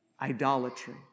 Idolatry